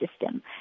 system